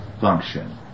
function